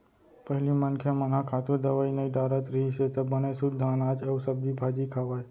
पहिली मनखे मन ह खातू, दवई नइ डारत रहिस त बने सुद्ध अनाज अउ सब्जी भाजी खावय